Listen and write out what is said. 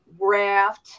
raft